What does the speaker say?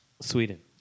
Sweden